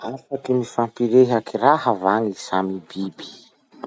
Afaky mifampirehaky raha va gny samy biby?